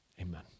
Amen